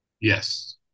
Yes